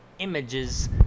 images